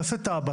תעשה תב"ע,